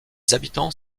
habitants